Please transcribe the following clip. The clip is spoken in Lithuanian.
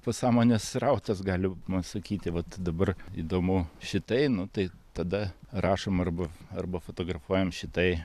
pasąmonės srautas galima sakyti vat dabar įdomu šitai nu tai tada rašom arba arba fotografuojam šitai